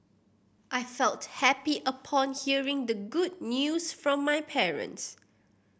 I felt happy upon hearing the good news from my parents